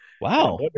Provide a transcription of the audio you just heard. Wow